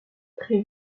très